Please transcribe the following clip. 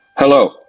Hello